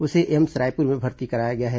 उसे एम्स रायपुर में भर्ती कराया गया है